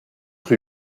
rue